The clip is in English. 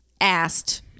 asked